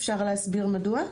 אפשר להסביר מדוע?